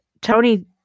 Tony